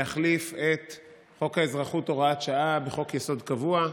להחליף את חוק האזרחות (הוראת שעה) בחוק-יסוד קבוע.